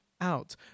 out